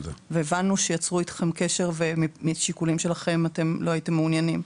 הבנו שיצרו אתכם קשר ומשיקולים שלכם אתם לא הייתם מעוניינים.